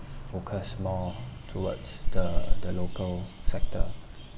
focus more towards the the local sector